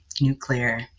nuclear